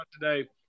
today